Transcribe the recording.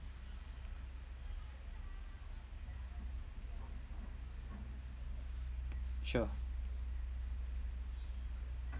sure